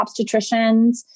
obstetricians